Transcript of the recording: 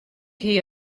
hie